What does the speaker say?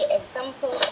example